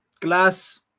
glass